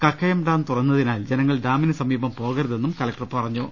Kakkayam dam തുറന്നതിനാൽ ജനങ്ങൾ ഡാമിന് സമീപം പോകരുതെന്നും കലക്ടർ നിർദ്ദേശിച്ചു